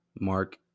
Mark